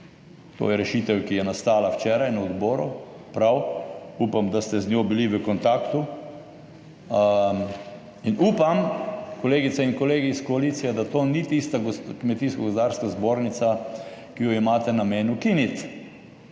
To je rešitev, ki je nastala včeraj na odboru, prav, upam, da ste z njo bili v kontaktu in upam, kolegice in kolegi iz koalicije, da to ni tista Kmetijsko gozdarska zbornica, ki jo imate namen ukinit.